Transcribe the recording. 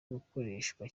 gukoreshwa